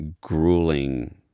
grueling